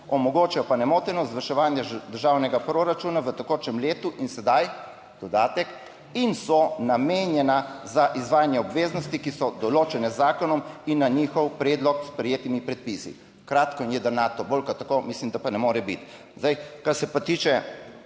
omogočajo pa nemoteno izvrševanje državnega proračuna v tekočem letu in sedaj dodatek, in so namenjena za izvajanje obveznosti, ki so določene z zakonom in na njihov predlog s sprejetimi predpisi. Kratko in jedrnato, bolj kot tako mislim, da pa ne more biti. Zdaj, kar se pa tiče